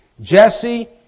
Jesse